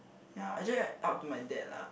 ya actually I up to my dad lah